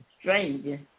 stranger